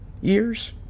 years